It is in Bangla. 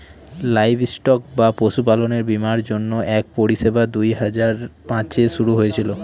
লাইভস্টক বা পশুপালনের বীমার জন্য এক পরিষেবা দুই হাজার পাঁচে শুরু হয়েছিল